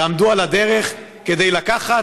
יעמדו על הדרך כדי לקחת,